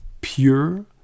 pure